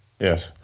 Yes